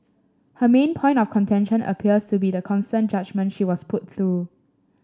her main point of contention appears to be the constant judgement she was put through